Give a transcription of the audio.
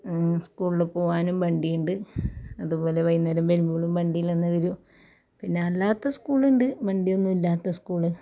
school പോവാനും വണ്ടിയുണ്ട് അതുപോലെ വൈകുന്നേരം വരുമ്പോളും വണ്ടിയിലന്നെ വരും പിന്നെ അല്ലാത്ത സ്കൂളുണ്ട് വണ്ടിയൊന്നും ഇല്ലാത്ത സ്കൂള്